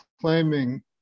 claiming